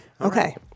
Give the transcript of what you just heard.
Okay